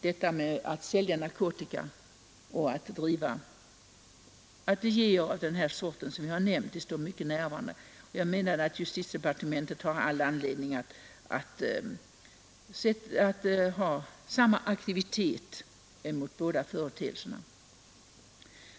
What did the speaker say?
Detta med att sälja narkotika och att driva ateljéer av den sort som jag nämnt är företeelser som står mycket nära varandra, och jag menar att justitiedepartementet har anledning att visa samma aktivitet i båda fallen.